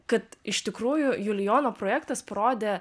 kad iš tikrųjų julijono projektas parodė